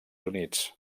units